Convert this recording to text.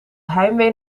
heimwee